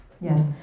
Yes